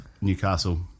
Newcastle